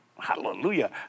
Hallelujah